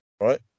Right